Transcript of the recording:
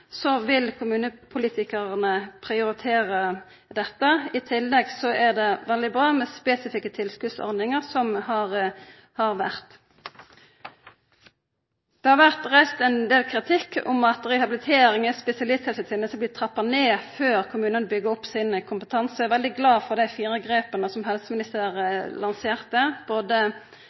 Så vil kommunepolitikarene prioritera dette. I tillegg er det veldig bra med spesifikke tilskottsordningar som har vore. Det har vore reist ein del kritikk om at rehabilitering er ei spesialisthelseteneste som blir trappa ned før kommunane byggjer opp kompetansen sin. Eg er veldig glad for dei fire grepa som helseministeren lanserte, både